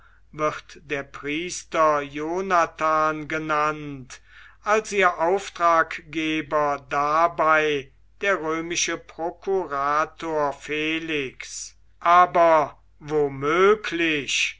wird der priester jonathan genannt als ihr auftraggeber dabei der römische prokurator felix aber womöglich